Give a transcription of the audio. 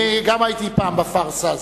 גם אני הייתי פעם בפארסה הזאת.